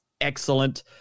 excellent